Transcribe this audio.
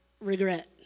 regret